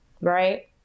right